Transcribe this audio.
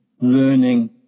learning